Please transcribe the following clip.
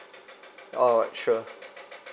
alright sure